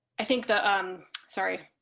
i think the. i'm sorry,